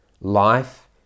Life